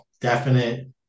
definite